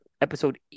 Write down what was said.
episode